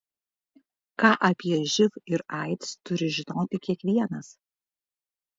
ką apie živ ir aids turi žinoti kiekvienas